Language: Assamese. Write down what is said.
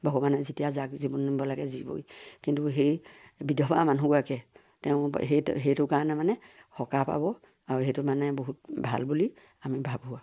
ভগৱানে যেতিয়া যাক জীৱন নিব লাগে নিবই কিন্তু সেই বিধৱা মানুহগৰাকীয়ে তেওঁ সেই সেইটো কাৰণে মানে সকাহ পাব আৰু সেইটো মানে বহুত ভাল বুলি আমি ভাবোঁ আৰু